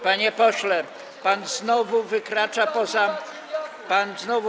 Panie pośle, pan znowu wykracza poza normy.